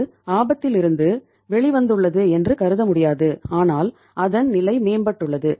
இது ஆபத்திலிருந்து வெளிவந்துள்ளது என்று கருத முடியாது ஆனால் அதன் நிலை மேம்பட்டுள்ளது